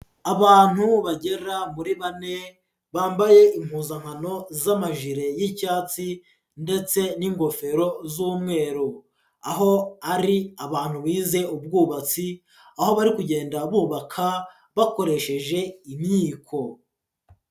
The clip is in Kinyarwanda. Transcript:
Abantu bagera muri bane bambaye impuzankano z'amajire y'icyatsi ndetse n'ingofero z'umweru, aho ari abantu bize ubwubatsi aho bari kugenda bubaka bakoresheje imyiko.